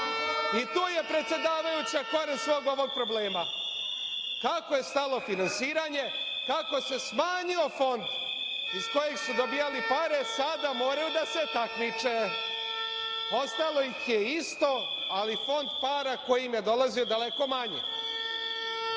i tu je predsedavajuća koren svog ovog problema. Kako je stalo finansiranje, kako se smanjio fond iz kojeg su dobijali pare, sada moraju da se takmiče. Ostalo ih je isto, ali fond para koji im je dolazio daleko je